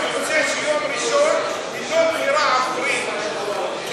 אני רוצה שיום ראשון יהיה יום בחירה עבורי כי אני,